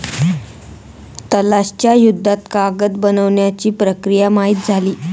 तलाश च्या युद्धात कागद बनवण्याची प्रक्रिया माहित झाली